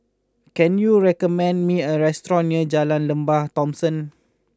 can you recommend me a restaurant near Jalan Lembah Thomson